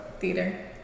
Theater